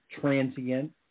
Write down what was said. transient